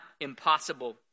impossible